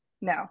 no